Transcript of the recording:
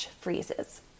freezes